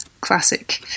classic